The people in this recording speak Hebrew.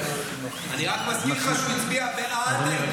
אני רק מזכיר לך שהוא הצביע בעד ההתנתקות.